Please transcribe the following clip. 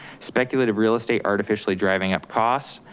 speculative real estate artificially driving up costs,